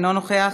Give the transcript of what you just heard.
אינו נוכח,